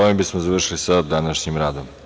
Ovim bismo završili sa današnjim radom.